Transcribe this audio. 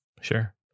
Sure